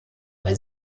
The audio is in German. bei